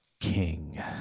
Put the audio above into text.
King